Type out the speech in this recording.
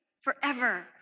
forever